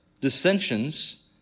dissensions